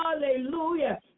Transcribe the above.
Hallelujah